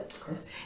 Chris